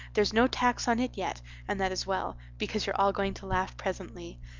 there's no tax on it yet and that is well, because you're all going to laugh presently.